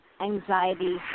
anxiety